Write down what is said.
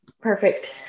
Perfect